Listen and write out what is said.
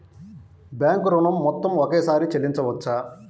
Bank ఋణం మొత్తము ఒకేసారి చెల్లించవచ్చా?